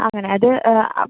അങ്ങനെ അത്